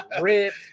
rip